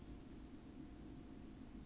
不要不要买白色的